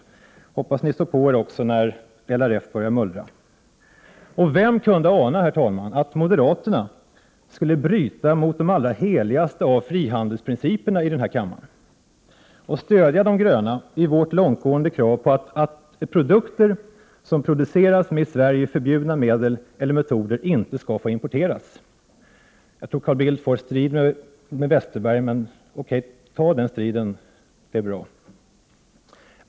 Jag hoppas att ni står på er också när LRF börjar mullra. Och vem kunde ana, herr talman, att moderaterna skulle bryta mot de allra heligaste av frihandelsprinciperna och i kammaren stödja de gröna i vårt långtgående krav på att produkter som producerats med i Sverige förbjudna medel eller metoder inte skall få importeras? Bildt kan få en strid med Westerberg, men okej — ta den striden! Det är bra.